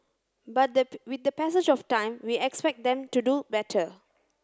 but the with the passage of time we expect them to do better